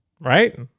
Right